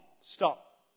stop